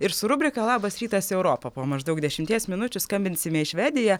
ir su rubrika labas rytas europa po maždaug dešimties minučių skambinsime į švediją